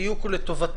הדיון הוא לטובתנו,